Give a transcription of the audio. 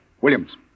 Williams